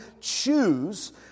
choose